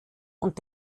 und